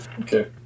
Okay